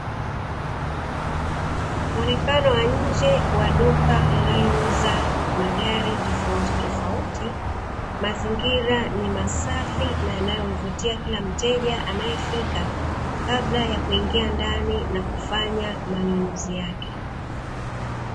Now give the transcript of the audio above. Muonekano wa nje wa duka linalouza magari tofautitofauti, mazingira ni masafai na yanaomvutia kila mteja anayefika, kabla ya kuingia ndani na kufanya manunuzi yake.